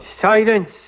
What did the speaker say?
Silence